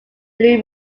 blue